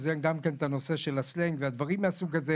גם הסלנג ודברים מהסוג הזה,